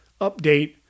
update